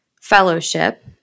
fellowship